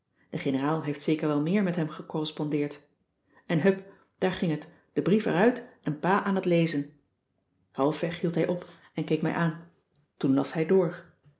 de generaal heeft zeker wel meer met hem gecorrespondeerd en hup daar ging het de brief er uit en pa aan t lezen halfweg hield hij op en keek mij aan toen las hij door